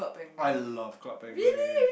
I love Club Penguin